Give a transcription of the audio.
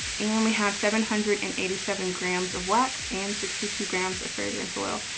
and we have seven hundred and eighty seven grams of wax and sixty two grams of fragrance oil.